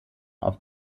auf